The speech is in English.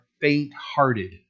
faint-hearted